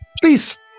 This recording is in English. please